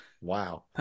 Wow